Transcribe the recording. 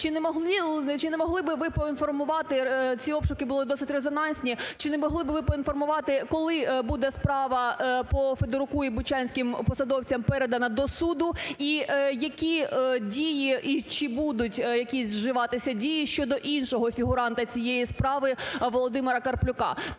Чи не могли би ви поінформувати, ці обшуки були досить резонансі, чи не могли ви поінформувати, коли буде справа по Федоруку і бучанським посадовцям передана до суду? І які дії, і чи будуть якісь вживатись дії щодо іншого фігуранта цієї справи Володимира Карплюка?